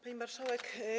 Pani Marszałek!